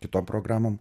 kitom programom